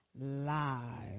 live